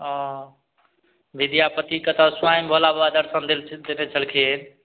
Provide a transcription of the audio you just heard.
ओ विद्यापतिके तऽ स्वयम भोला बाबा दर्शन देलखिन देने छलखिन